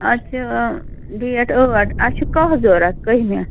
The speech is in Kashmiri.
اَسہِ چھِ ڈیٹ ٲٹھ اَسہِ چھِ کاہ ضوٚرَتھ کٔہمہِ